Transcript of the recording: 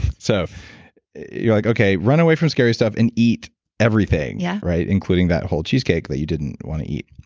so you're like, okay, run away from scary stuff and eat everything. yeah. right? including that whole cheesecake that you didn't want to eat.